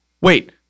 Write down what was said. wait